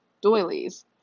doilies